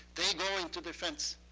they go into defense,